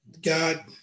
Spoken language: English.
God